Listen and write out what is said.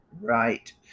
Right